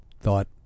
thought